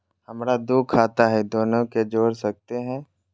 हमरा दू खाता हय, दोनो के जोड़ सकते है?